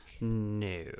no